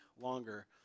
longer